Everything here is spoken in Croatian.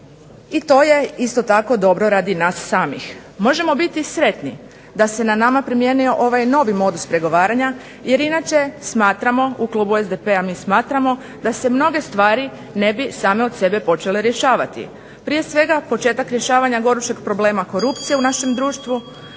I to je isto tako dobro radi nas samih. Možemo biti sretni da se na nama primijenio ovaj novi modus pregovaranja jer inače smatramo, u klubu SDP-a mi smatramo da se mnoge stvari ne bi same od sebe počele rješavati. Prije svega početak rješavanja gorućeg problema korupcije u našem društvu,